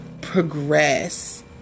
Progress